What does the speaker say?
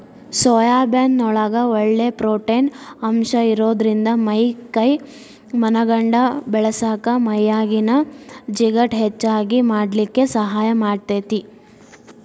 soybean ನೊಳಗ ಒಳ್ಳೆ protein ಅಂಶ ಇರೋದ್ರಿಂದ ಮೈ ಕೈ ಮನಗಂಡ ಬೇಳಸಾಕ ಮೈಯಾಗಿನ ಜಿಗಟ್ ಹೆಚ್ಚಗಿ ಮಾಡ್ಲಿಕ್ಕೆ ಸಹಾಯ ಮಾಡ್ತೆತಿ